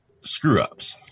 screw-ups